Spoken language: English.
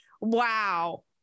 Wow